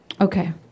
Okay